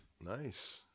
Nice